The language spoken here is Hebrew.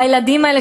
והילדים האלה,